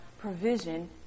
provision